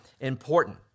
important